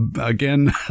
again